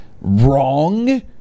wrong